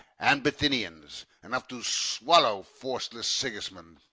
and bithynians, enough to swallow forceless sigismund,